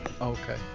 Okay